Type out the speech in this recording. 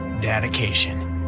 dedication